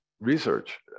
research